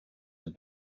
have